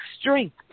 strength